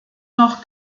noch